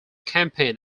campaign